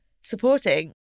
supporting